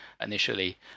initially